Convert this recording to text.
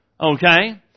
okay